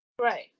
right